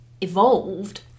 evolved